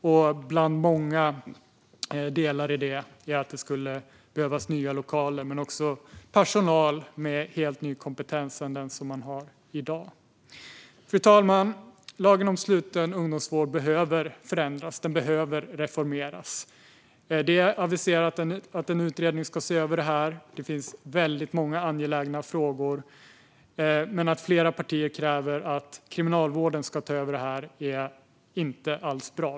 Ett par av många delar i detta är att det skulle behövs nya lokaler men också personal med helt en ny och annan kompetens än man har i dag. Fru talman! Lagen om sluten ungdomsvård behöver förändras och reformeras. Det är aviserat att en utredning ska se över det här. Det finns väldigt många angelägna frågor. Att flera partier kräver att Kriminalvården ska ta över detta är inte alls bra.